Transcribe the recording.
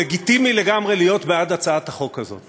לגיטימי לגמרי להיות בעד הצעת החוק הזאת,